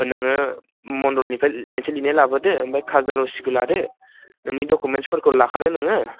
नोङो मण्डलनिफ्राय मोनसे लिरनाय लाबोदो ओमफ्राय खाजोना रसिदखौ लादो नोंनि डकुमेन्सफोरखौ लाखादो नोङो